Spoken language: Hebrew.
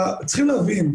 צריכים להבין,